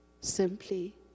simply